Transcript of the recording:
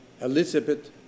Elizabeth